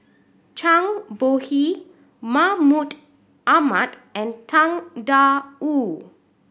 Zhang Bohe Mahmud Ahmad and Tang Da Wu